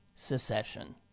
Secession